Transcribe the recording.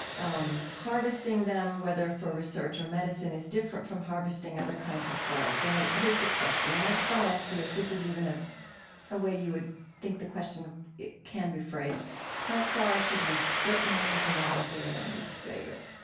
um harvesting them, whether for research or medicine, is different from harvesting other kinds of cells. and then here's the question, and i just want to ask you if this is even a ah way you would think the question can be phrased how far should we strip-mine humanity in order to save it?